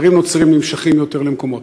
תיירים נוצרים נמשכים יותר למקומות,